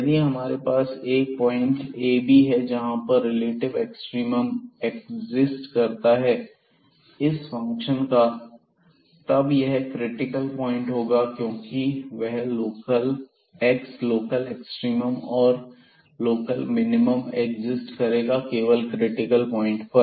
यदि हमारे पास 1 पॉइंट a b है जहां पर रिलेटिव एक्सट्रीमम एक्सिस्ट करता है इस फंक्शन का तब यह क्रिटिकल प्वाइंट होगा क्योंकि वह x लोकल एक्सट्रीमम और लोकल मिनिमम एक्सिस्ट करेगा केवल क्रिटिकल पॉइंट पर